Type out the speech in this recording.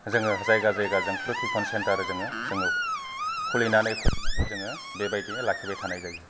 जोङो जायगा जायगा जोङो प्रकिकन सेन्टार जोङो जोङो खुलिनानै फोरोंनानै जोङो बेबायदि लाखिबाय थानाय जायो